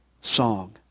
song